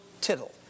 tittle